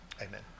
Amen